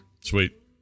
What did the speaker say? Sweet